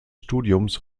studiums